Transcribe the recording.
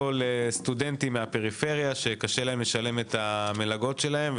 לסטודנטים מהפריפריה שקשה להם לשלם את המלגות שלהם.